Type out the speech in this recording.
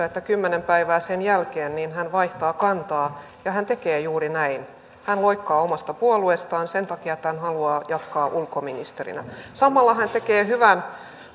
että kymmenen päivää sen jälkeen hän vaihtaa kantaa ja hän tekee juuri näin hän loikkaa omasta puolueestaan sen takia että hän haluaa jatkaa ulkoministerinä samalla hän tekee hyvän